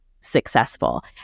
successful